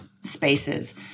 spaces